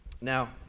Now